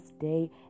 day